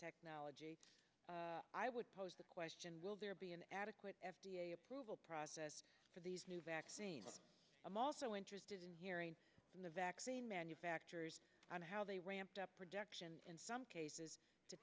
technology i would pose the question will there be an adequate f d a approval process for these new vaccine but i'm also interested in hearing the vaccine manufacturers and how they ramped up production in some cases to